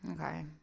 Okay